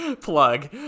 plug